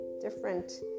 different